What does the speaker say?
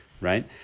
right